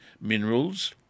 minerals